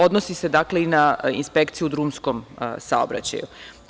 Odnosi se, dakle, i na inspekciju u drumskom saobraćaju.